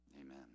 Amen